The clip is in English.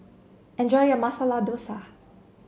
enjoy your Masala Dosa